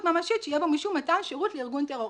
ממשית שיהיה בו משום מתן שירות לארגון טרור".